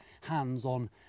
hands-on